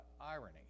irony